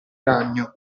ragno